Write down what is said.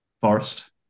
forest